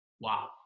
wow